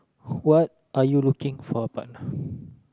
what are you looking for a partner